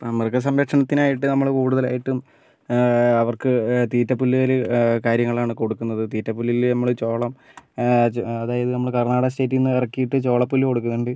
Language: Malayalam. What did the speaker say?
ആ മൃഗ സംരക്ഷണത്തിനായിട്ട് നമ്മൾ കൂടുതലായിട്ടും അവർക്ക് തീറ്റ പുല്ല് കാര്യ കാര്യങ്ങളാണ് കൊടുക്കുന്നത് തീറ്റപുല്ലിൽ നമ്മൾ ചോളം അജ് അതായത് നമ്മൾ കർണാടക സ്റ്റേറ്റിൽ നിന്ന് ഇറക്കിയിട്ട് ചോള പുല്ല് കൊടുക്കുന്നുണ്ട്